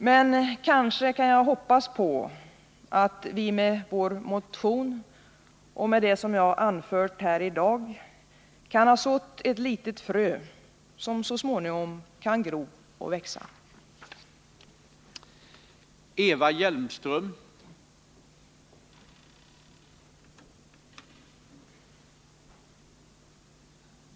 Men kanske kan jag hoppas på att vi med vår motion och med det jag har anfört här i dag har sått ett litet frö som så småningom kan gro och växa.